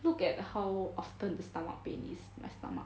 look at how often the stomach pain is my stomach